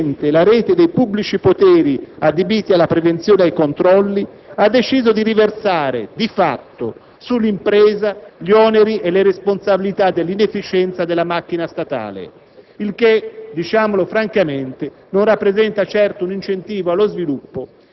c'è un Governo che, non essendo riuscito ad organizzare in modo efficiente la rete dei pubblici poteri adibiti alla prevenzione e ai controlli, ha deciso di riversare, di fatto, sull'impresa gli oneri e le responsabilità dell'inefficienza della macchina statale.